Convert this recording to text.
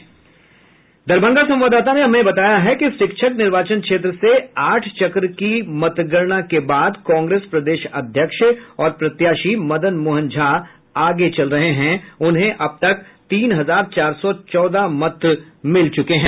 इधर दरभंगा शिक्षक निर्वाचन क्षेत्र से आठ चक्र की मतगणना के बाद कांग्रेस प्रदेश अध्यक्ष और प्रत्याशी मदन मोहन झा आगे चल रहे हैं उन्हें अब तब तीन हजार चार सौ चौदह मत मिल चुके हैं